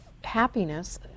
happiness